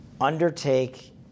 undertake